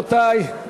נשאלתי